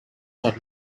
are